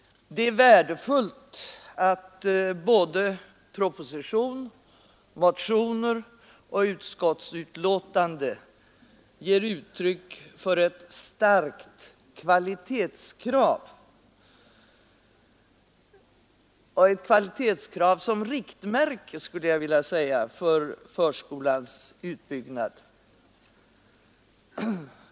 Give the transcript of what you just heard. Det är värdefullt att både proposition, motioner och utskottsbetänkande ger uttryck för ett starkt kvalitetskrav. De har kvalitetskravet som riktmärke för förskolans utbyggnad.